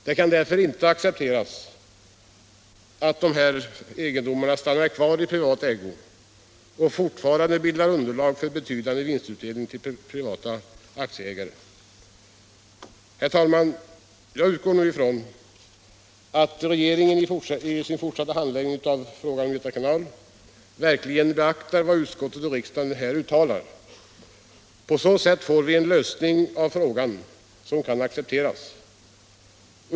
Det kan därför inte accepteras att dessa egendomar stannar kvar i privat ägo och fortfarande bildar underlag för betydande vinstutdelning till privata aktieägare. Herr talman! Nu utgår jag ifrån att regeringen i sin fortsatta handläggning av frågan om Göta kanal verkligen beaktar vad utskottet och riksdagen här uttalar. På så sätt får vi en lösning av frågan som kan accepteras.